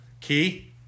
Key